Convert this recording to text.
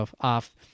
off